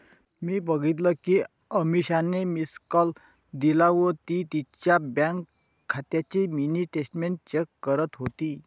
मी बघितल कि अमीषाने मिस्ड कॉल दिला व ती तिच्या बँक खात्याची मिनी स्टेटमेंट चेक करत होती